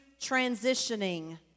transitioning